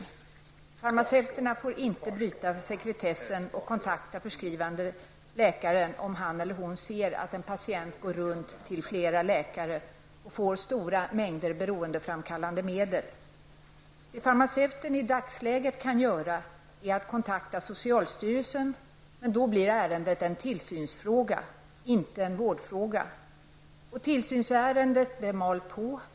En farmaceut får inte bryta sekretessen och kontakta förskrivande läkare om han eller hon ser att en patient går runt till flera läkare och får stora mängder beroendeframkallande medel. Det farmaceuten i dagsläget kan göra är att kontakta socialstyrelsen. Men då blir ärendet en tillsynsfråga, inte en vårdfråga. Och tillsynsärendet bara ''mal på''.